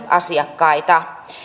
asiakkaita